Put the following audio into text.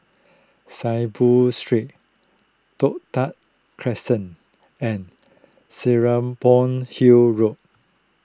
Saiboo Street Toh Tuck Crescent and Serapong Hill Road